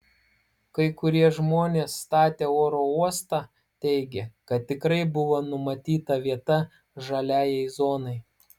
kai kurie žmonės statę oro uostą teigė kad tikrai buvo numatyta vieta žaliajai zonai